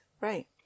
Right